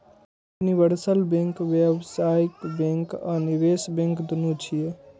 universal bank व्यावसायिक bank आ निवेश बैंक, दुनू छियै